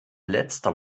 letzter